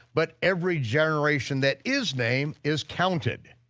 but every generation that is named is counted.